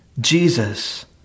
Jesus